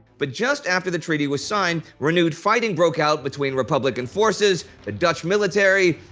but just after the treaty was signed, renewed fighting broke out between republican forces, the dutch military,